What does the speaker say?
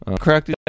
Correct